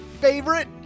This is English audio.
favorite